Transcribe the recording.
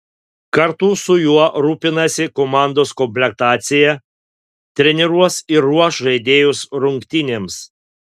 kartu su juo rūpinasi komandos komplektacija treniruos ir ruoš žaidėjus rungtynėms